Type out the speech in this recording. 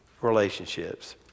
relationships